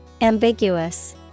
Ambiguous